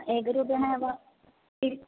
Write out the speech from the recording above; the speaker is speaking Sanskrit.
एकरूप्यकं वा